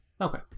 Okay